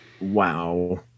Wow